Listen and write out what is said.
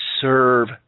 serve